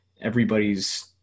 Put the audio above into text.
everybody's